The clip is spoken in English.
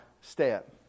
step